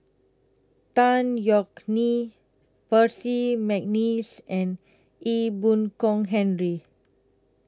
Tan Yeok Nee Percy Mcneice and Ee Boon Kong Henry